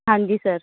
ਹਾਂਜੀ ਸਰ